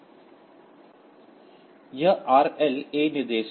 यह RL A निर्देश है